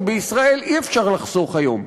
כי בישראל אי-אפשר לחסוך היום.